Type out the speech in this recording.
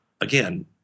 again